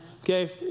okay